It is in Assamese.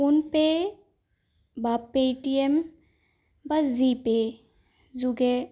ফোন পে' বা পে'টিএম বা জি পে' যোগে